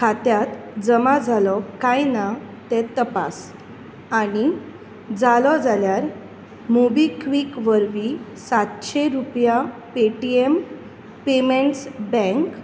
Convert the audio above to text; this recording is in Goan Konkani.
खात्यात जमा जालो कांय ना तें तपास आनी जालो जाल्यार मोबिक्वीक वरवीं सातशे रुपया पेटीएम पेमेट्स बँक